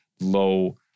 low